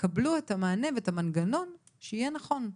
יקבלו את המענה והמנגנון שיהיה נכון.